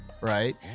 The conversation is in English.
right